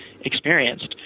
experienced